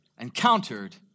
encountered